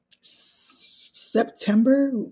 September